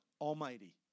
Almighty